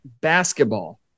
basketball